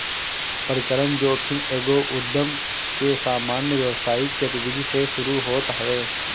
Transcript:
परिचलन जोखिम एगो उधम के सामान्य व्यावसायिक गतिविधि से शुरू होत हवे